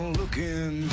looking